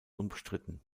umstritten